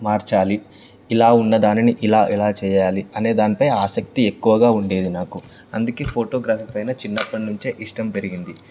మార్చాలి ఇలా ఉన్నదానిని ఇలా ఏలా చేయాలి అనే దానిపై ఆసక్తి ఎక్కువగా ఉండేది నాకు అందుకే ఫోటోగ్రఫీ పైన చిన్నప్పటినుంచే ఇష్టం పెరిగింది